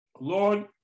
Lord